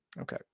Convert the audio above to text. Okay